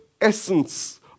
essence